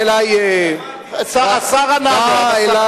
השר ענה לו.